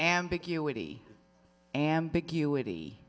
ambiguity ambiguity